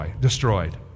destroyed